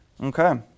Okay